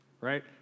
right